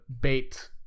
bait